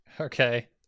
okay